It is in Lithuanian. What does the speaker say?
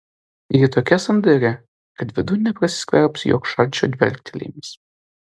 ji tokia sandari kad vidun neprasiskverbs joks šalčio dvelktelėjimas